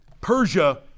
Persia